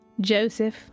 Joseph